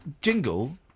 jingle